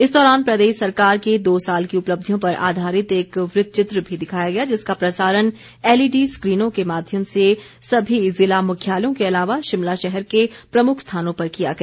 इस दौरान प्रदेश सरकार के दो साल की उपलब्धियों पर आधारित एक वृत्त चित्र भी दिखाया गया जिसका प्रसारण एलईडी स्क्रीनों के माध्यम से सभी जिला मुख्यालयों के अलावा शिमला शहर के प्रमुख स्थानों पर किया गया